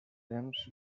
temps